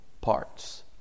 parts